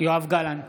יואב גלנט,